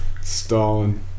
Stalin